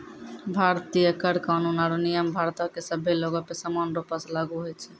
भारतीय कर कानून आरु नियम भारतो के सभ्भे लोगो पे समान रूपो से लागू होय छै